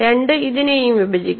2 ഇതിനെയും വിഭജിക്കുന്നു